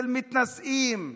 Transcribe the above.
של מתנשאים,